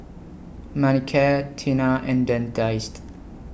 Manicare Tena and Dentiste